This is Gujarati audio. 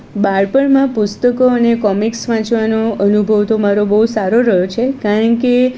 બાળપણમાં પુસ્તકો અને કોમિક્સ વાંચવાનો અનુભવ તો મારો બહુ સારો રહ્યો છે કારણ કે